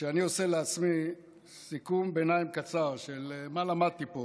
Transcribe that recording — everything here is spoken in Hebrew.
וכשאני עושה לעצמי סיכום ביניים קצר של מה למדתי פה